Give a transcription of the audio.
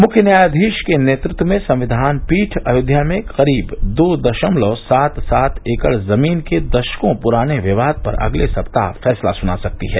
मुख्य न्यायाधीश के नेतृत्व में संविधान पीठ अयोध्या में करीब दो दशमलव सात सात एकड़ जमीन के दशको पुराने विवाद पर अगले सप्ताह फैसला सुना सकती है